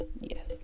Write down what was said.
yes